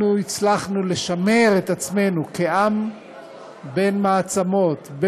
אנחנו הצלחנו לשמר את עצמנו כעם בין מעצמות,